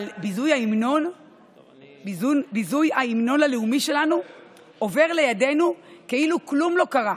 אבל ביזוי ההמנון הלאומי שלנו עובר לידנו כאילו כלום לא קרה",